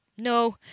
No